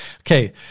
Okay